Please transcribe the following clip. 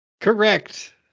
Correct